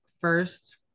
first